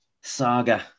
saga